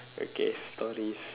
okay stories